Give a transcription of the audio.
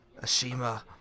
Ashima